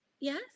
Yes